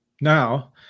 Now